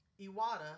Iwata